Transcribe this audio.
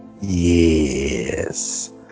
Yes